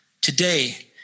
today